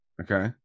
Okay